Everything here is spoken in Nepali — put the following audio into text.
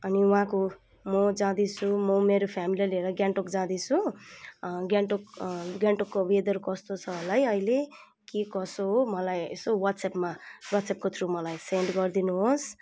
अनि वहाँको म जाँदैछु म मेरो फ्यामिलीलाई लिएर गान्तोक जाँदैछु गान्तोक गान्तोकको वेदर कस्तो छ होला है अहिले के कसो हो मलाई यसो वाट्सएपमा वाट्सएपको थ्रु मलाई सेन्ड गरिदिनु होस्